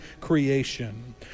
creation